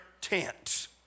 tent